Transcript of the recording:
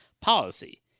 policy